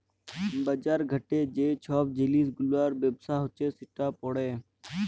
বাজার ঘাটে যে ছব জিলিস গুলার ব্যবসা হছে সেট পড়ে